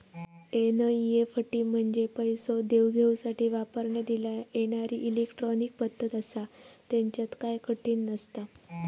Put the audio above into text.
NEFT म्हंजे पैसो देवघेवसाठी वापरण्यात येणारी इलेट्रॉनिक पद्धत आसा, त्येच्यात काय कठीण नसता